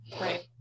Right